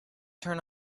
turn